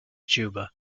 juba